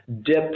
dip